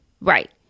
Right